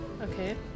Okay